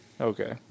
okay